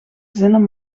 zinnen